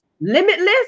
limitless